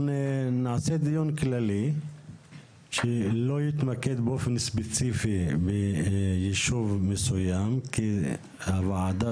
לא יתמקד באופן ספציפי ביישוב מסוים כי הוועדה